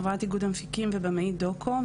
חברת איגוד המפיקים והבמאים דוקו,